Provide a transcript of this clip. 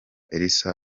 elsa